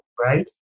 right